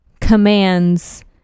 commands